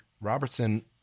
Robertson